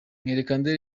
mwerekande